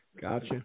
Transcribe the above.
gotcha